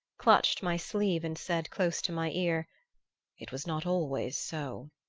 clutched my sleeve and said, close to my ear it was not always so.